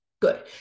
Good